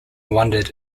wondered